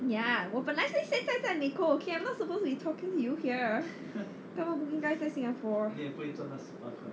ya 我本来是现在在美国 okay I'm not supposed to be talking you here 我不应该在新加坡